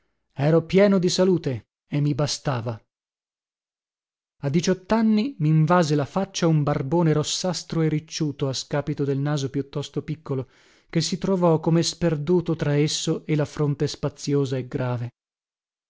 ero pieno di salute e mi bastava a diciottanni minvase la faccia un barbone rossastro e ricciuto a scàpito del naso piuttosto piccolo che si trovò come sperduto tra esso e la fronte spaziosa e grave